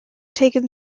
taken